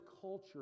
culture